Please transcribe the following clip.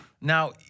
Now